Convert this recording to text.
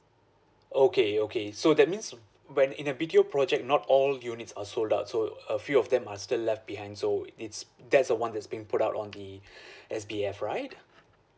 okay okay so that means when in a B_T_O project not all units are sold out so a few of them are still left behind so it's that's the one that's being put out on the S_B_F right